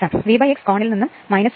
ഇനി V X കോണിൽ നിന്നും 90